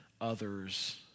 others